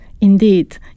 indeed